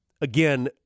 Again